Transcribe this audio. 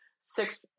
Six